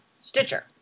Stitcher